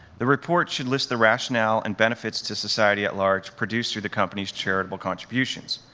the report should list the rationale and benefits to society at large produced through the company's charitable contributions.